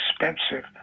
expensive